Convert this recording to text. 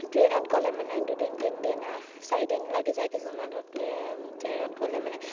ট্ৰেইনত গ'লে মানে দুদিন তিনিদিনা চাৰিদিন লাগি যায় কিছুমানৰ ট্ৰেইনত গ'লে মানে